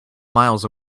miles